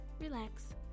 relax